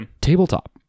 tabletop